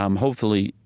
um hopefully,